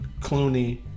Clooney